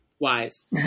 wise